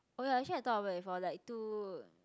oh ya actually I thought about it before like to